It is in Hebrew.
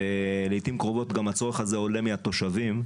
לעיתים קרובות גם הצורך הזה עולה מהתושבים,